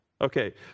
Okay